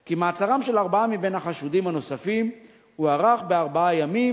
כי מעצרם של ארבעה מבין החשודים הנוספים הוארך בארבעה ימים,